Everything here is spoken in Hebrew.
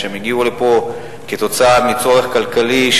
שהם הגיעו לפה בגלל צורך כלכלי,